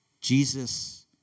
Jesus